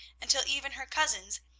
until even her cousins,